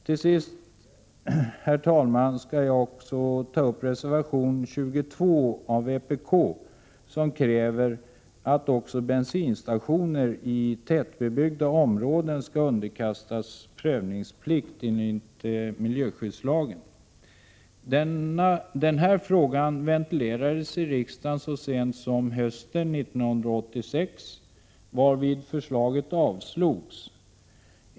Till sist, herr talman, skall jag också ta upp reservation 21 av vpk, där det krävs att också bensinstationer i tätbebyggda områden skall underkastas prövningsplikt enligt miljöskyddslagen. Denna fråga ventilerades i riksdagen så sent som hösten 1986, varvid förslaget avslogs.